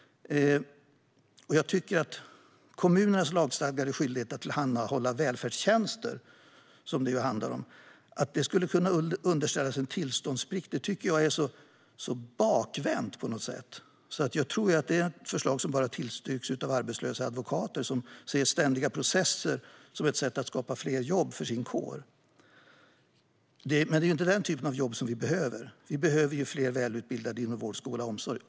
Jag tycker att förslaget om att underställa kommunernas lagstadgade skyldighet att tillhandahålla välfärdstjänster en tillståndsplikt, som det handlar om, är bakvänt. Jag tror att förslaget nog bara tillstyrks av arbetslösa advokater som ser ständiga processer som ett sätt att skapa fler jobb för sin kår. Det är dock inte det slags jobb vi behöver, utan vi behöver fler välutbildade inom vård, skola och omsorg.